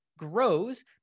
grows